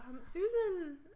Susan